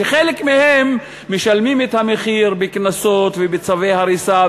שחלק מהם משלמים את המחיר בקנסות ובצווי הריסה,